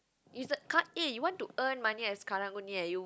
is the car~ eh want to earn money as Karang-Guni ah you